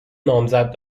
نامزد